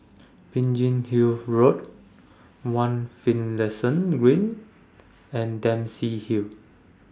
Biggin Hill Road one Finlayson Green and Dempsey Hill